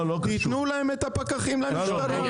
תיתנו להם את הפקחים למשטרה.